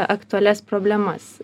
aktualias problemas